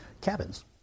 cabins